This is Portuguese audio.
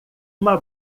uma